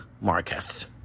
Marcus